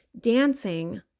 dancing